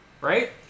Right